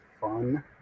fun